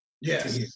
Yes